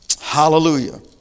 Hallelujah